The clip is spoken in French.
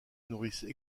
nourrissent